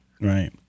right